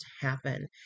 happen